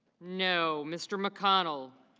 know. mr. mcconnell